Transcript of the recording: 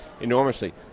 enormously